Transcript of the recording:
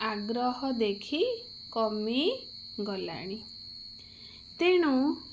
ଆଗ୍ରହ ଦେଖି କମି ଗଲାଣି ତେଣୁ